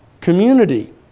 community